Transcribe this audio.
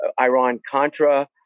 Iran-Contra